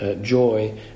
Joy